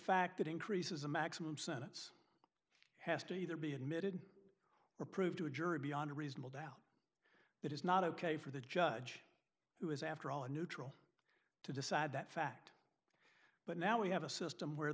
fact it increases the maximum sentence has to either be admitted or proved to a jury beyond a reasonable doubt that is not ok for the judge who is after all a neutral to decide that fact but now we have a system where